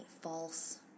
false